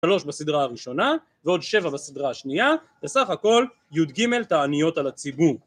שלוש בסדרה הראשונה, ועוד שבע בסדרה השנייה, וסך הכל י"ג תעניות על הציבור